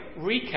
recap